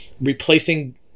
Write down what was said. replacing